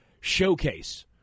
showcase